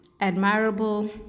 admirable